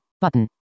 button